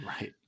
right